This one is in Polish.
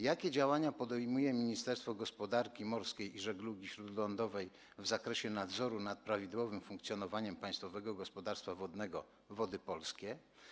Jakie działania podejmuje Ministerstwo Gospodarki Morskiej i Żeglugi Śródlądowej w zakresie nadzoru nad prawidłowym funkcjonowaniem Państwowego Gospodarstwa Wodnego Wody Polskie?